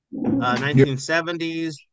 1970s